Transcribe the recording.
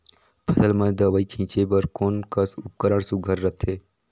फसल म दव ई छीचे बर कोन कस उपकरण सुघ्घर रथे?